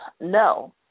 no